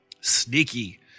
Sneaky